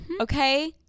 Okay